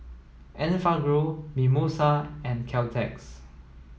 Enfagrow Mimosa and Caltex